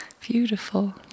beautiful